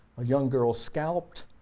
a young girl scalped,